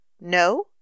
No